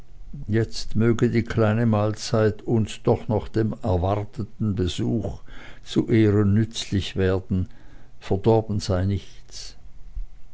jetzt möge die kleine mahlzeit uns doch noch dem erwarteten besuch zu ehren nützlich werden verdorben sei nichts